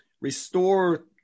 Restore